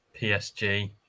PSG